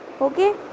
Okay